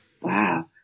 Wow